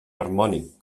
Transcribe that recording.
harmònic